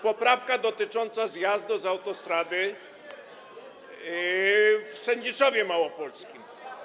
Poprawka dotycząca zjazdu z autostrady w Sędziszowie Małopolskim.